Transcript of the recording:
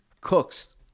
Cooks